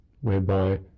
whereby